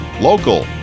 Local